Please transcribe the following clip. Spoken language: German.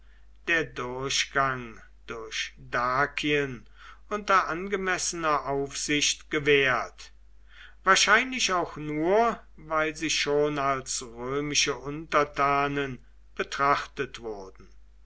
der durchgang durch dakien unter angemessener aufsicht gewährt wahrscheinlich auch nur weil sie schon als römische untertanen betrachtet wurden